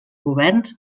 governs